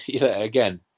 again